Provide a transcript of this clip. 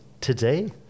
today